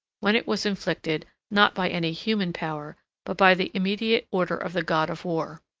when it was inflicted, not by any human power, but by the immediate order of the god of war.